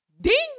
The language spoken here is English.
Ding